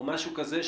או משהו כזה,